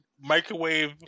microwave